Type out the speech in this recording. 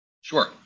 Sure